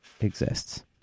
exists